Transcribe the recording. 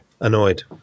Annoyed